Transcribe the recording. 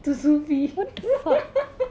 to sufi